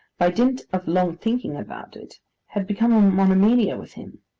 by dint of long thinking about, it had become a monomania with him,